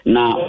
Now